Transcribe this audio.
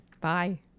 Bye